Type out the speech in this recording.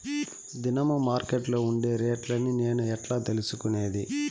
దినము మార్కెట్లో ఉండే రేట్లని నేను ఎట్లా తెలుసుకునేది?